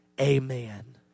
amen